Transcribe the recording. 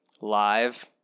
live